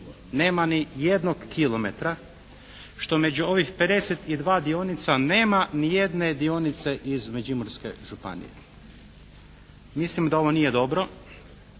nema ni jednog kilometra, što među ovih 52 dionica nema ni jedne dionice iz Međimurske županije. Mislim da ovo nije dobro